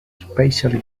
especially